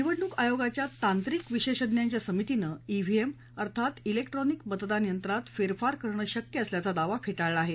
निवडणूक आयोगाच्या तांत्रिक विशेषज्ञांच्या समितीनं विहीएम अर्थात विक्ट्रॉनिक मतदान यंत्रात फेरफार करणं शक्य असल्याचा दावा फेटाळला आहे